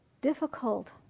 difficult